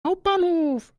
hauptbahnhof